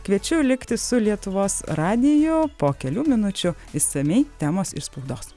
kviečiu likti su lietuvos radiju po kelių minučių išsamiai temos iš spaudos